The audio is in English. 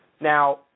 Now